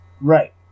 Right